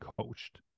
coached